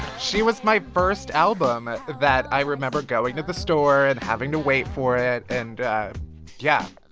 she was my first album that i remember going to the store and having to wait for it and yeah,